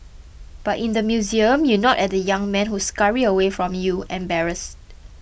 but in the museum you nod at the young men who scurry away from you embarrassed